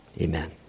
Amen